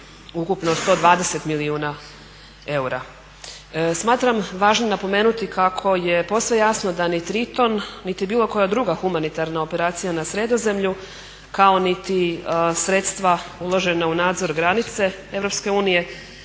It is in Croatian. ukupno 120 milijuna eura. Smatram važnim napomenuti kako je posve jasno da ni "TRITON" niti bilo koja druga humanitarna operacija na Sredozemlju, kako niti sredstava uložena u nadzor granice EU